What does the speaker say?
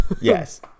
Yes